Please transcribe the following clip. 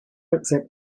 accept